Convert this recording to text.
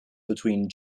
between